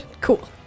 Cool